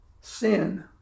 sin